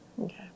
Okay